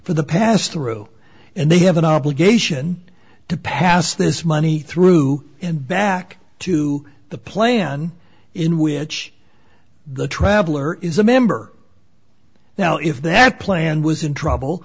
for the passed through and they have an obligation to pass this money through and back to the plan in which the traveler is a member now if that plan was in trouble